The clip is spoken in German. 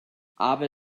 aber